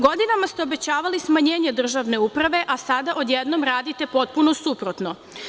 Godinama ste obećavali smanjenje državne uprave, a sada odjednom radite potpuno suprotno.